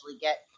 get –